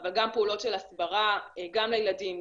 אבל גם פעולות של הסברה גם לילדים,